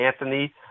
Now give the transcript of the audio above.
Anthony